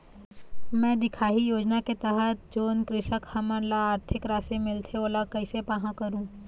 मैं दिखाही योजना के तहत जोन कृषक हमन ला आरथिक राशि मिलथे ओला कैसे पाहां करूं?